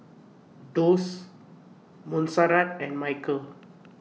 Doss Monserrat and Michal